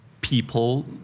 people